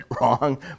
wrong